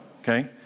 okay